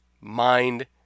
mind